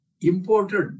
imported